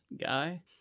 Guy